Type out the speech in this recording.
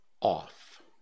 off